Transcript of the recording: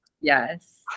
yes